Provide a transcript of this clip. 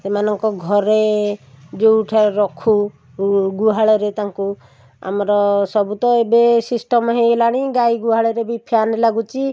ସେମାନଙ୍କ ଘରେ ଯେଉଁଠାରେ ରଖୁ ଗୁହାଳରେ ତାଙ୍କୁ ଆମର ସବୁ ତ ଏବେ ସିଷ୍ଟମ୍ ହେଇଗଲାଣି ଗାଇ ଗୁହାଳରେ ବି ଫ୍ୟାନ୍ ଲାଗୁଛି